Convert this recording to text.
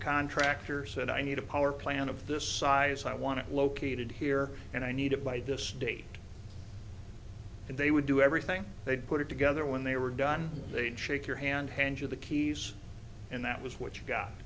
a contractor said i need a power plant of this size i want to located here and i need it by this date and they would do everything they'd put it together when they were done they'd shake your hand hanjour the keys and that was what you got